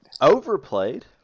overplayed